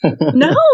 no